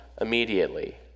immediately